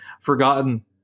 forgotten